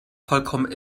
vollkommen